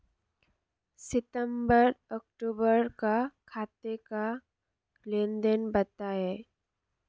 सितंबर अक्तूबर का खाते का लेनदेन बताएं